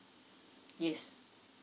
yes